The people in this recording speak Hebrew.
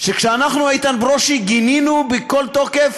כשאנחנו, איתן ברושי, גינינו בכל תוקף